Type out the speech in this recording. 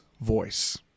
voice